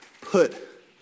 put